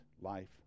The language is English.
life